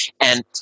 And-